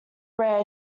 rare